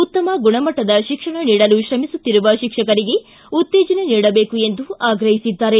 ಉತ್ತಮ ಗುಣಮಟ್ಟದ ಶಿಕ್ಷಣ ನೀಡಲು ಶ್ರಮಿಸುತ್ತಿರುವ ಶಿಕ್ಷಕರಿಗೆ ಉತ್ತೇಜನ ನೀಡಬೇಕು ಎಂದು ಆಗ್ರಹಿಸಿದ್ದಾರೆ